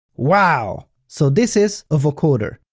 wow. so this is a vocoder.